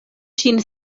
ŝin